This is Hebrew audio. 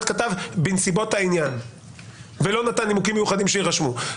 כתב בנסיבות העניין ולא נתן נימוקים מיוחדים שיירשמו?